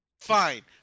Fine